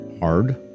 hard